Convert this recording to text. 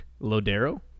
Lodero